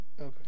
Okay